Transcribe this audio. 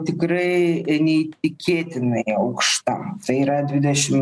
tikrai neįtikėtinai aukšta tai yra dvidešim